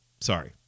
Sorry